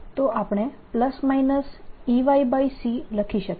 તો આપણે ±Eyc લખી શકીએ